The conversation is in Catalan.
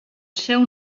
seu